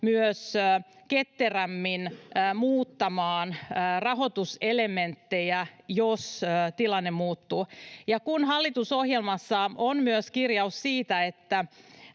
myös ketterämmin muuttamaan rahoituselementtejä, jos tilanne muuttuu. Ja kun hallitusohjelmassa on myös kirjaus siitä, että